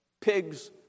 pigs